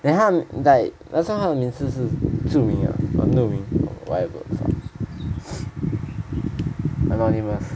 then 他 like thats why 他的名字是注音的 for whatever the fuck anonymous